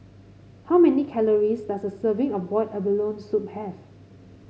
how many calories does a serving of Boiled Abalone Soup have